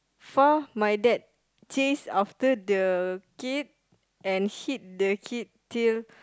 far my dad chase after the kid and hit the kid till